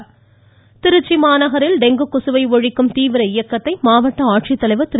இருவரி திருச்சி மாநகரில் டெங்கு கொசுவை ஒழிக்கும் தீவிர இயக்கத்தை மாவட்ட ஆட்சித்தலைவா் திரு